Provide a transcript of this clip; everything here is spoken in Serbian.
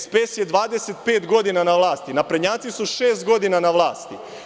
SPS je 25 godina na vlasti, naprednjaci su šest godina na vlasti.